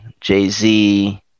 jay-z